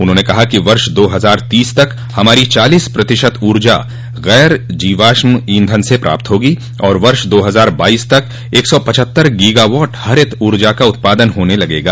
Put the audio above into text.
उन्होंने कहा कि वर्ष दो हजार तीस तक हमारी चालीस प्रतिशत ऊर्जा गैर जीवाष्मीय ईंधन से प्राप्त होगी और वर्ष दो हजार बाइस तक एक सौ पछत्तर गीगावॉट हरित ऊर्जा का उत्पादन होने लगेगा